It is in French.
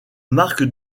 marque